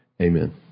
Amen